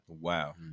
wow